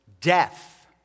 death